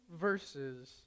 verses